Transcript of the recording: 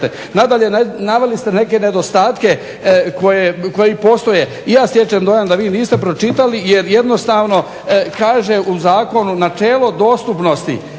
Nadalje, rekli ste neke nedostatke koji postoje. I ja stječem dojam da vi niste pročitali jer jednostavno kaže u zakonu načelo dostupnosti